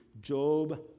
Job